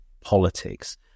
politics